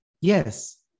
yes